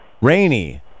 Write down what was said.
Rainy